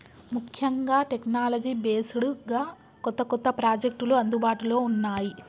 ముఖ్యంగా technology based గా కొత్త కొత్త ప్రాజెక్టులు అందుబాటులో ఉన్నాయి